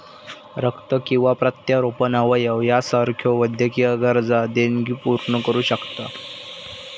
रक्त किंवा प्रत्यारोपण अवयव यासारख्यो वैद्यकीय गरजा देणगी पूर्ण करू शकता